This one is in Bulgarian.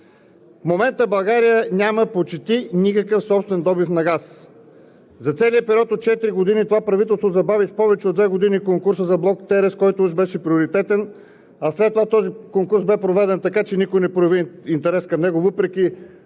В момента България няма почти никакъв собствен добив на газ. За целия период от четири години това правителство забави с повече от две години конкурса за блок „Терес“, който уж беше приоритетен, а след това този конкурс бе проведен така, че никой не прояви интерес към него въпреки